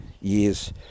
years